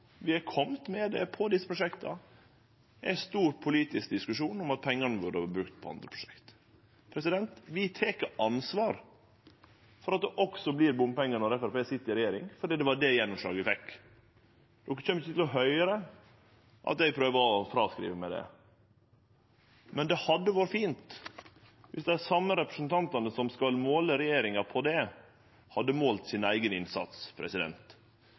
vi har kome med desse prosjekta, er ein stor politisk diskusjon om at pengane burde vore brukte til andre prosjekt. Vi tek ansvar for at det vert bompengar også når Framstegspartiet sit i regjering, fordi det var det gjennomslaget vi fekk. Ein kjem ikkje til å høyre at eg prøver å fråskrive meg det, men det hadde vore fint om dei same representantane som skal måle regjeringa på det, hadde målt sin eigen innsats.